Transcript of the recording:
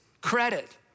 credit